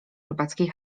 rybackiej